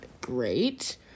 great